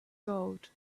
gold